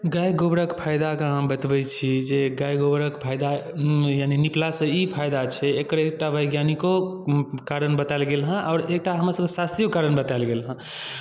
गाय गोबरक फायदाकेँ अहाँकेँ बतबै छी जे गाय गोबरक फायदा यानि निपलासँ ई फायदा छै एकर एकटा वैज्ञानिको कारण बतायल गेल हेँ आओर एकटा हमरसभके शास्त्रिओ कारण बतायल गेल हेँ